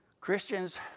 Christians